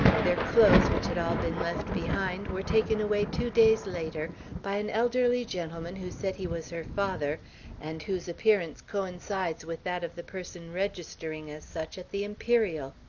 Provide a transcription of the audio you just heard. their clothes, which had all been left behind, were taken away two days later by an elderly gentleman who said he was her father and whose appearance coincides with that of the person registering as such at the imperial.